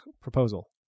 proposal